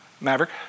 Maverick